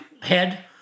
head